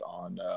on